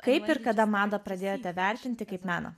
kaip ir kada madą pradėjote vertinti kaip meną